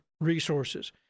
resources